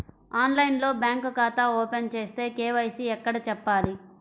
ఆన్లైన్లో బ్యాంకు ఖాతా ఓపెన్ చేస్తే, కే.వై.సి ఎక్కడ చెప్పాలి?